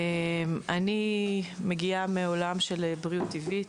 אני מגיעה מעולם של בריאות טבעית,